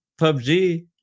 PUBG